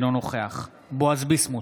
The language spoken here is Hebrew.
אינו נוכח בועז ביסמוט,